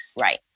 right